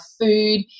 food